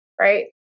Right